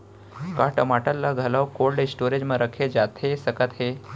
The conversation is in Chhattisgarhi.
का टमाटर ला घलव कोल्ड स्टोरेज मा रखे जाथे सकत हे?